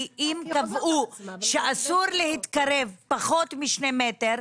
כי אם קבעו שאסור להתקרב פחות משני מטרים,